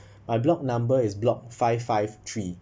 my block number is block five five three